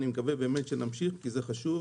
אני מקווה שנמשיך כי זה חשוב,